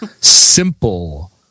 simple